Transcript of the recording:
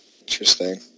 Interesting